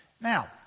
Now